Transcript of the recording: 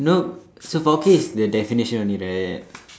nope so four K is the definition only right